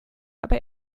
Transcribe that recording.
aber